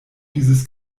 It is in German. dieses